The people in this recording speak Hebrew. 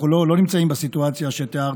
אנחנו לא נמצאים בסיטואציה שתיארת,